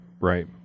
right